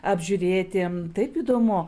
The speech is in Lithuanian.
apžiūrėti taip įdomu